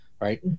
right